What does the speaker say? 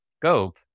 scope